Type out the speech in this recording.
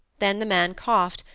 then the man coughed,